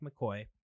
McCoy